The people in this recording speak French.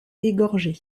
égorgé